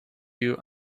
you